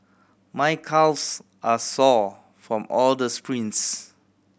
my calves are sore from all the sprints